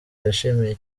yashimiye